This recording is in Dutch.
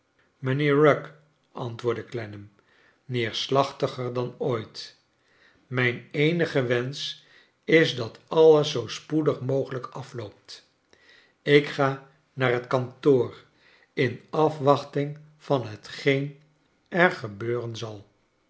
mijnheer rugg antwoordde clennam neerslachtiger dan ooit mijn eenige wensch is dat alles zoo spoedig mogelijk afloopt ik ga naar het kantoor in afwachting van hetgeen er gebeuren zal